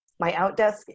MyOutDesk